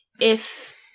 if-